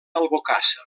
albocàsser